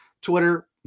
Twitter